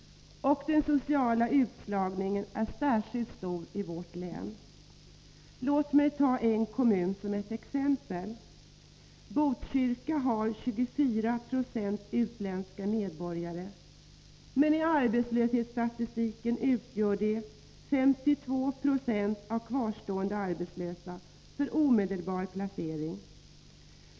Den sociala utslagningen är särskilt stor i vårt län. Låt mig ta en kommun som exempel. Botkyrka har 24 20 utländska medborgare, men i arbetslöshetsstatistiken utgör de 52 Jo av kvarstående arbetslösa för omedelbar placering.